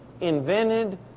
invented